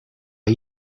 are